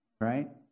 right